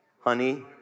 honey